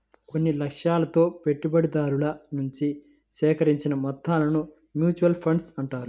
కొన్ని లక్ష్యాలతో పెట్టుబడిదారుల నుంచి సేకరించిన మొత్తాలను మ్యూచువల్ ఫండ్స్ అంటారు